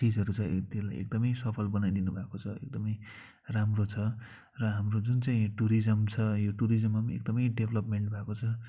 चिजहरू छ त्यसलाई एकदमै सफल बनाइदिनु भएको छ एकदमै राम्रो छ र हाम्रो जुन चाहिँ टुरिज्म छ यो टुरिज्ममा पनि एकदमै डेभलपमेन्ट भएको छ